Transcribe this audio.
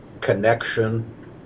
connection